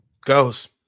goes